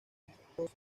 estos